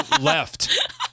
left